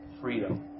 freedom